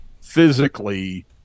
physically